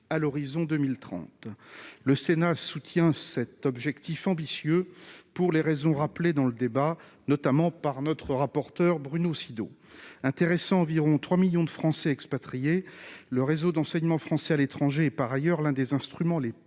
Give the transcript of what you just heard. à l'horizon 2030, le Sénat soutient cet objectif ambitieux pour les raisons rappelé dans le débat, notamment par notre rapporteur Bruno Sido intéressant environ 3 millions de Français expatriés, le réseau d'enseignement français à l'étranger par ailleurs l'un des instruments les plus